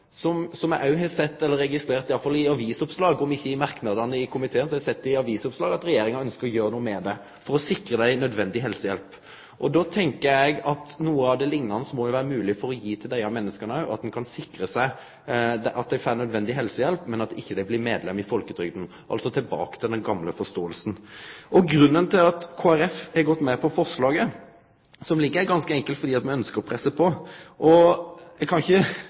har registrert – om ikkje i merknadene i komiteen, så har eg sett det i avisoppslag – at Regjeringa ønskjer å gjere noko for å sikre dei nødvendig helsehjelp. Då tenkjer eg at noko liknande må det vere mogleg å gi til desse menneska òg – at ein kan sikre seg at dei får nødvendig helsehjelp, men at dei ikkje blir medlem i folketrygda, at vi altså går tilbake til den gamle forståinga. Grunnen til at Kristeleg Folkeparti har gått med på forslaget som ligg her, er ganske enkelt at me ønskjer å presse på. Eg kan ikkje